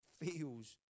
feels